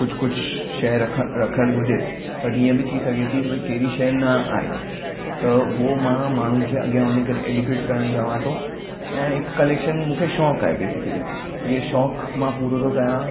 कुझु कुझु शहरु रखियलु हुजे बट हीअं बि थी सघे थी भई कहिड़ी शइ न आहे त उहो मां माण्हुनि खे अॻियां वञी करे एड्युकेट करण चाहियां थो ऐं हिकु कलैक्शन मूंखे शौक़ु आहे बेसिकली इहो शौक़ु मां पूरो थो कयां